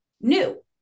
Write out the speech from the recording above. new